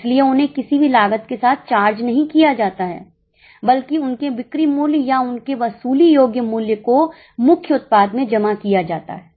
इसलिए उन्हें किसी भी लागत के साथ चार्ज नहीं किया जाता है बल्कि उनके बिक्री मूल्य या उनके वसूली योग्य मूल्य को मुख्य उत्पाद में जमा किया जाता है